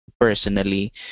personally